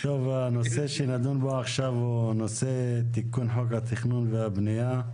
הנושא שנדון בו עכשיו הוא תיקון חוק התכנון והבנייה.